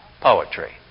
poetry